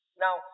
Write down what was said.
Now